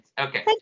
Okay